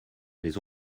les